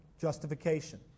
justification